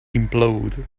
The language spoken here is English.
implode